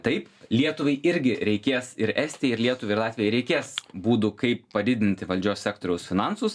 taip lietuvai irgi reikės ir estijai ir lietuvai ir latvijai reikės būdų kaip padidinti valdžios sektoriaus finansus